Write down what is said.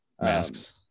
masks